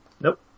Nope